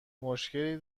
مشکلی